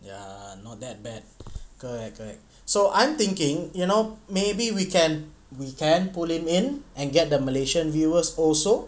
ya not that bad correct correct so I'm thinking you know maybe we can we can pull him in and get the malaysian viewers also